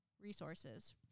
resources